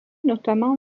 notamment